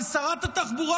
אבל שרת התחבורה,